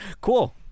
cool